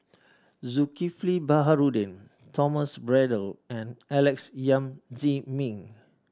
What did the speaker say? Zulkifli Baharudin Thomas Braddell and Alex Yam Ziming